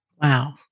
Wow